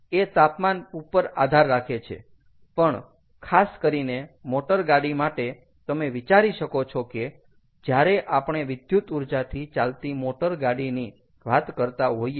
એ તાપમાન ઉપર આધાર રાખે છે પણ ખાસ કરીને મોટરગાડી માટે તમે વિચારી શકો છો કે જ્યારે આપણે વિદ્યુત ઊર્જાથી ચાલતી મોટરગાડી ની વાત કરતા હોઈએ